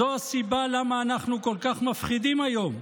זו הסיבה שאנחנו כל כך מפחידים היום.